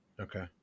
Okay